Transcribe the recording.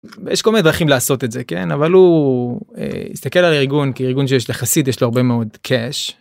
יש כל מיני דרכים לעשות את זה כן אבל הוא יסתכל על ארגון כי ארגון של חסיד יש לו הרבה מאוד קאש.